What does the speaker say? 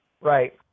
Right